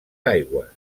aigües